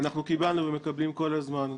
קיבלנו ומקבלים כל הזמן,